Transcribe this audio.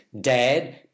Dad